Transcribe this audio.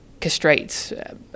castrates